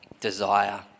desire